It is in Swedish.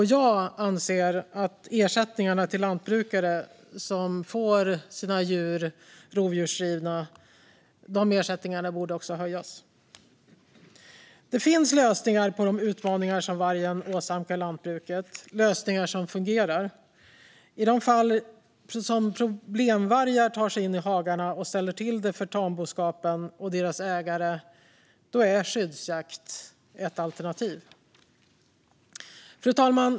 Jag anser att ersättningarna till lantbrukare som får sina djur rovdjursrivna också borde höjas. Det finns lösningar på de utmaningar som vargen åsamkar lantbruket, lösningar som fungerar. I de fall problemvargar tar sig in i hagarna och ställer till det för tamboskapen och deras ägare är skyddsjakt ett alternativ. Fru talman!